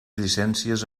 llicències